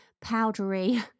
powdery